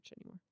anymore